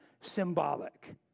symbolic